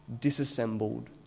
disassembled